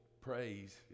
praise